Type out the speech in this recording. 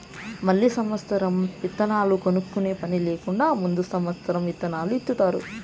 మళ్ళీ సమత్సరం ఇత్తనాలు కొనుక్కునే పని లేకుండా ముందు సమత్సరం ఇత్తనాలు ఇత్తుతారు